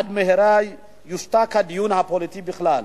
עד מהרה יושתק הדיון הפוליטי בכלל.